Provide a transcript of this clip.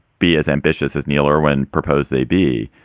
be as ambitious as neil irwin propose they be.